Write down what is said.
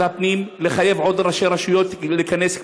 הפנים לחייב עוד ראשי רשויות להיכנס,